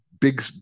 big